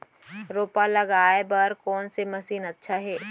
रोपा लगाय बर कोन से मशीन अच्छा हे?